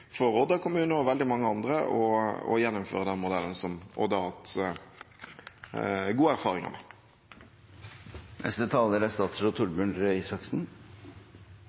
og veldig mange andre å gjeninnføre den modellen som Odda har hatt gode erfaringer med. Språklig mangfold er